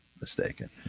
mistaken